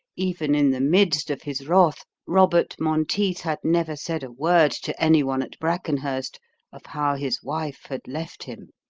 even in the midst of his wrath, robert monteith had never said a word to any one at brackenhurst of how his wife had left him.